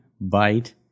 bite